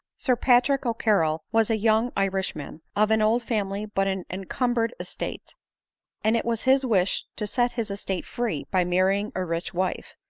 sir patrick o'carrol was a young irishman, of an old family but an encumbered estate and it was his wish to. set his estate free by marrying a rich wife,